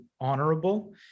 honorable